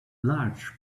large